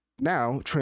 Now